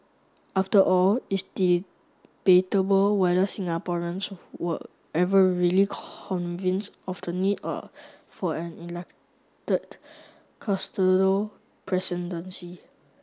after all it's debatable whether Singaporeans were ever really convinced of the need of for an elected custodial presidency